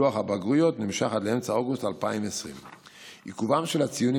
לוח הבגרויות נמשך עד לאמצע אוגוסט 2020. עיכובם של הציונים